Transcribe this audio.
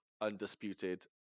undisputed